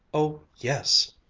oh yes!